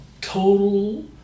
total